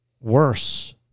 worse